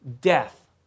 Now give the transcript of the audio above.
death